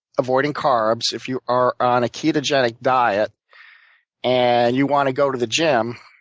avoiding carbs, if you are on a ketogenic diet and you want to go to the gym,